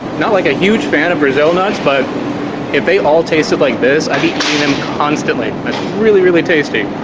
not like a huge fan of brazil nuts but if they all tasted like this i'd be eating them constantly. that's really really tasty